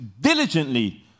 diligently